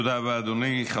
תודה רבה, אדוני.